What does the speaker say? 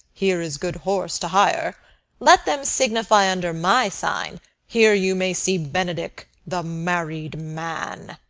here is good horse to hire let them signify under my sign here you may see benedick the married man